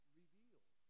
revealed